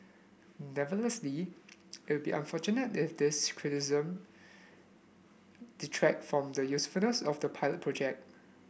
nonetheless it will be unfortunate if these criticism detract from the usefulness of the pilot project